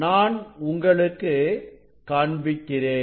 நான் உங்களுக்கு காண்பிக்கிறேன்